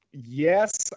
Yes